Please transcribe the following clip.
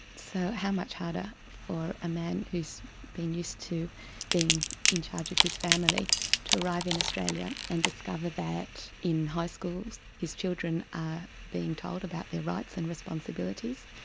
so how much harder for a man who's been used to being in charge of his family to arrive in australia and discover that in high schools his children are being told about their rights and responsibilities,